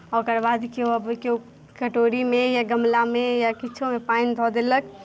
ओकर बाद केओ अबै केओ कटोरीमे या गमलामे या किछोमे पानि धऽ देलक